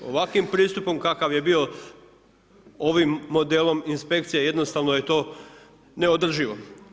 Ovakvim pristupom kakav je bio ovim modelom inspekcija, jednostavno je to neodrživo.